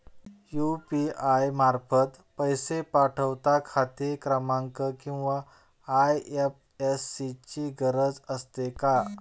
UPI मार्फत पैसे पाठवता खाते क्रमांक किंवा आय.एफ.एस.सी ची गरज असते का?